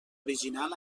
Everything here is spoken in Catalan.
original